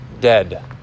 dead